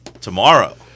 tomorrow